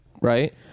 right